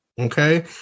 okay